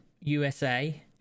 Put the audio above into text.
USA